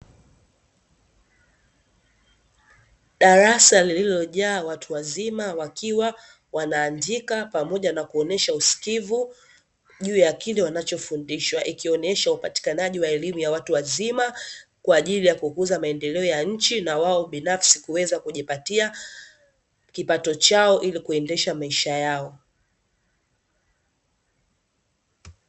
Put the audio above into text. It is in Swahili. Darasa lililojaa watu wazima wakiwa wanaandika pamoja na kuonyesha usikivu juu ya kile wanachofundishwa, ikionyesha upatikanaji wa elimu ya watu wazima kwa ajili ya kukuza maendeleo ya nchi na wao binafsi kuweza kujipatia kipato chao ili kuendesha maisha yao.